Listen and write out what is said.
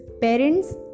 Parents